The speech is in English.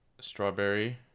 strawberry